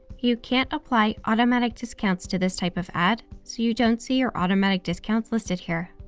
you can't apply automatic discounts to this type of ad, so you don't see your automatic discounts listed here.